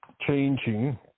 changing